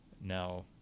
Now